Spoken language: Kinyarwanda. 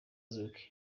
zouk